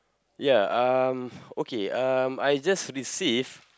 ya um okay um I just received